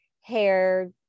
hair